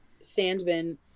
Sandman